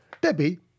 Debbie